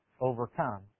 overcome